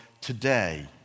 today